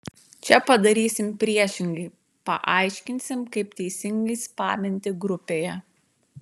čia padarysim priešingai paaiškinsim kaip teisingai spaminti grupėje